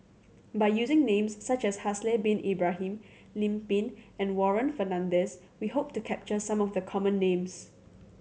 by using names such as Haslir Bin Ibrahim Lim Pin and Warren Fernandez we hope to capture some of the common names